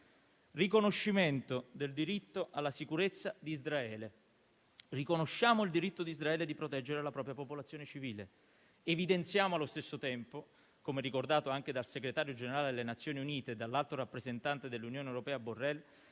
Riconoscimento del diritto alla sicurezza di Israele: riconosciamo il diritto di Israele di proteggere la propria popolazione civile; evidenziamo allo stesso tempo - come ricordato anche dal Segretario generale delle Nazioni Unite e dall'alto rappresentante dell'Unione europea, Borrell